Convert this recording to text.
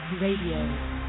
Radio